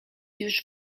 już